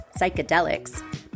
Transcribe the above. psychedelics